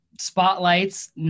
spotlights